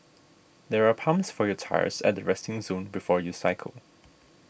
there are pumps for your tyres at the resting zone before you cycle